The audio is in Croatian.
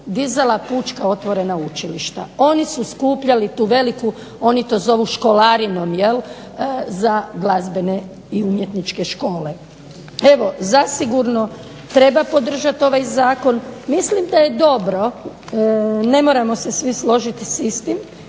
dizala pučka otvorena učilišta. Oni su skupljali tu veliku, oni to zovu školarinom za glazbene i umjetničke škole. Evo, zasigurno treba podržati ovaj zakon. Mislim da je dobro, ne moramo se svi složiti s istim,